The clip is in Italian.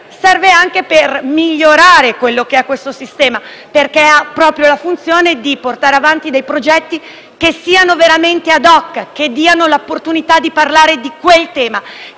serve anche per migliorare questo sistema, perché ha proprio la funzione di portare avanti dei progetti che siano veramente *ad hoc*, che diano l'opportunità di parlare di quel tema,